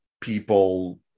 people